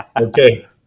Okay